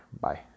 Bye